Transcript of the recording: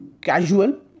casual